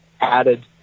added